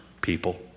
people